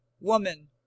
Woman